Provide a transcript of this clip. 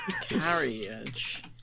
carriage